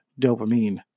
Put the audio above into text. Dopamine